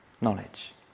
knowledge